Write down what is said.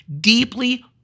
Deeply